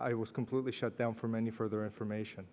it was completely shut down from any further information